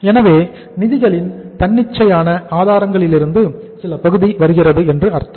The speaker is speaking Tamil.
எனவே நிதிகளின் தன்னிச்சையான ஆதாரங்களிலிருந்து சில பகுதி வருகிறது என்று அர்த்தம்